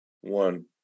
one